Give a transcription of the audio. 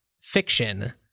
fiction